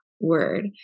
word